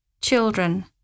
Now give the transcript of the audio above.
Children